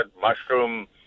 mushroom